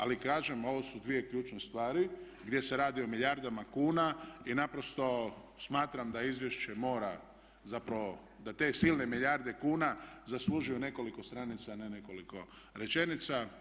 Ali kažem ovo su dvije ključne stvari gdje se radi o milijardama kuna i naprosto smatram da izvješće mora, zapravo da te silne milijarde kuna zaslužuju nekoliko stranica a ne nekoliko rečenica.